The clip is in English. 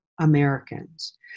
Americans